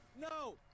No